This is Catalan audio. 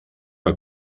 que